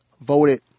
voted